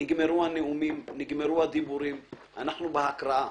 נגמרו הנאומים, נגמרו הדיבורים, אנחנו בהקראה